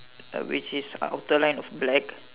uh which is outer line of black